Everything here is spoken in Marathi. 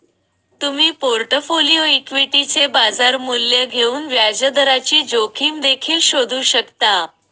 तुम्ही पोर्टफोलिओ इक्विटीचे बाजार मूल्य घेऊन व्याजदराची जोखीम देखील शोधू शकता